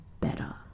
better